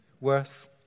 worth